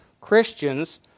Christians